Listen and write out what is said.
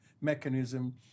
mechanism